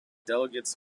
delegates